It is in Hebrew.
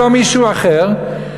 לא מישהו אחר,